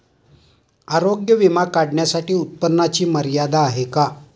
आरोग्य विमा काढण्यासाठी उत्पन्नाची मर्यादा आहे का?